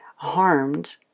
harmed